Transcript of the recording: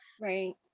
Right